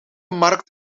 markt